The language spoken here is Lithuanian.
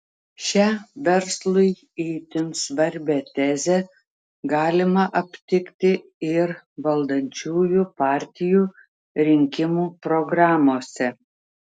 šią verslui itin svarbią tezę galima aptikti ir valdančiųjų partijų rinkimų programose